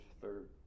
third